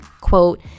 quote